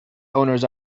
owners